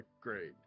great